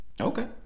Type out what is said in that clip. Okay